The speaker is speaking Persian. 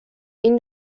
این